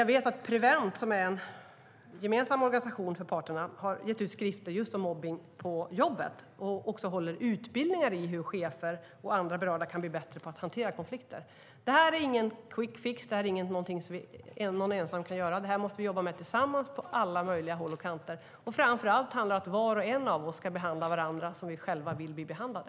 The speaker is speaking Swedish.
Jag vet att Prevent, som är en gemensam organisation för parterna, har gett ut skrifter om mobbning på jobbet. De håller också utbildningar i hur chefer och andra berörda kan bli bättre på att hantera konflikter. Det här är ingen quick fix och inget som någon ensam kan göra, utan det här måste vi jobba med tillsammans på alla möjliga håll och kanter. Framför allt handlar det om att var och en av oss ska behandla andra som vi själva vill bli behandlade.